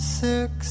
six